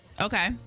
Okay